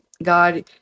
God